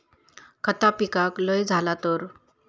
खता पिकाक लय झाला तर?